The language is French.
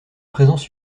présence